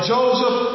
Joseph